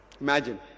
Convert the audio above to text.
Imagine